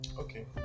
Okay